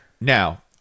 Now